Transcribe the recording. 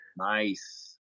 Nice